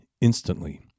Instantly